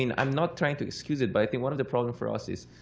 and i'm not trying to excuse it. but i think one of the problems for us is,